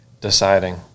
deciding